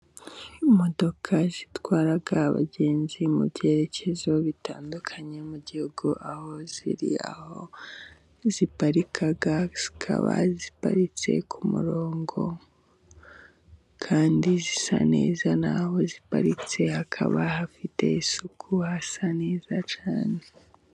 Imodoka zitwara abagenzi mu byerekezo bitandukanye mu gihugu, aho ziri, aho ziparika zikaba ziparitse ku murongo kandi zisa neza. N'aho ziparitse hakaba hafite isuku hasa neza cyane.